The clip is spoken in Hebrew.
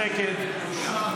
שקט.